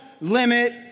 limit